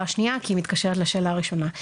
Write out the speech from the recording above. השנייה כי היא מתקשרת לשאלה הראשונה.